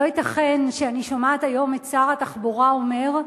לא ייתכן שאני שומעת היום את שר התחבורה אומר,